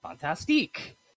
Fantastique